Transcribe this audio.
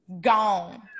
gone